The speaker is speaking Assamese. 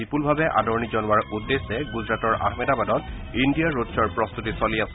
বিপুলভাৱে আদৰণি জনোৱাৰ উদ্দেশ্যে গুজৰাটৰ আহমেদাবাদত ইণ্ডিয়া ৰোড শ্বৰ প্ৰস্তুতি চলি আছে